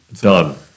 done